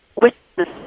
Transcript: witness